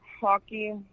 Hockey